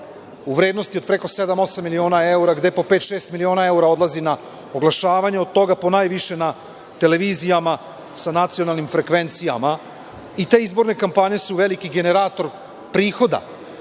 u vrednosti od preko 7,8 miliona evra, gde po pet, šest miliona evra odlazi na oglašavanje, a od toga po najviše na televizijama sa nacionalnim frekvencijama i te izborne kampanje su veliki generator prihoda